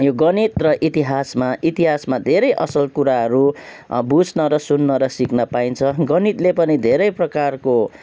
यो गणित र इतिहासमा इतिहासमा धेरै असल कुराहरू बुझ्न र सुन्न र सिक्न पाइन्छ गणितले पनि धेरै प्रकारको